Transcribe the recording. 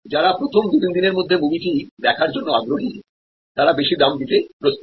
যারা প্রথম দু তিনদিন এর মধ্যে মুভিটি দেখার জন্য আগ্রহী তারা বেশি দাম দিতে প্রস্তুত